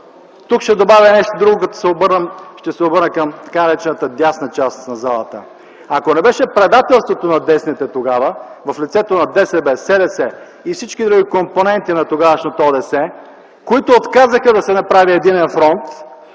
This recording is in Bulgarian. Тук ще добавя и нещо друго, като ще се обърна към тъй наречената дясна част на залата. Ако не беше предателството на десните тогава в лицето на ДСБ, СДС и всички други компоненти на тогавашното ОДС, които отказаха да се направи единен фронт,